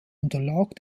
unterlag